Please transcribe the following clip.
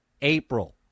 April